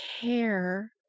care